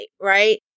right